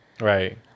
Right